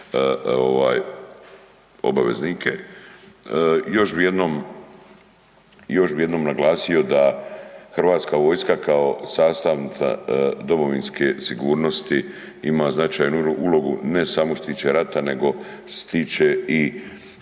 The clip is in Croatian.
obaveznike. Još bi jednom naglasio da hrvatska vojska kao sastavnica domovinske sigurnosti ima značajnu ulogu ne samo što se tiče rata nego što